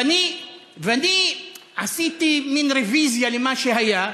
ואני עשיתי מין רוויזיה למה שהיה.